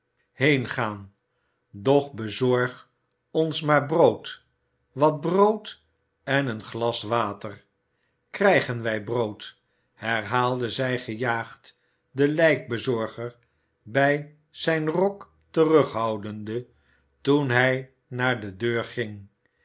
heengaan doch bezorg ons maar brood wat brood en een glas water krijgen wij brood herhaalde zij gejaagd den lijkbezorger bij zijn rok terughoudende toen hij naar de deur ging